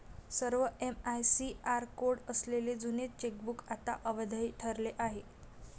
सर्व MICR code असलेले जुने चेकबुक आता अवैध ठरले आहे